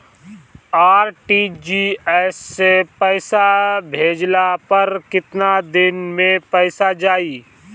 RTGS से पईसा भेजला पर केतना दिन मे पईसा जाई?